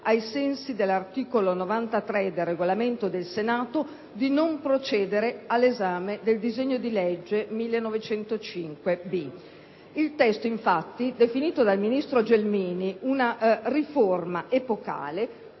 ai sensi dell'articolo 93 del Regolamento del Senato, di non procedere all'esame del disegno di legge n. 1905-B. Il testo, infatti, definito dal ministro Gelmini una riforma epocale,